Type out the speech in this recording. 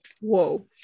Whoa